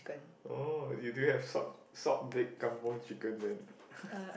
oh you do have salt salt baked kampung chicken then